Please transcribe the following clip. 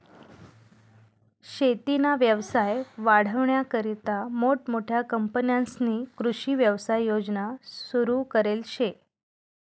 शेतीना व्यवसाय वाढावानीकरता मोठमोठ्या कंपन्यांस्नी कृषी व्यवसाय योजना सुरु करेल शे